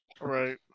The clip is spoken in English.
Right